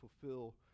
fulfill